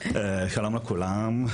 שלום לכולם.